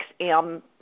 XM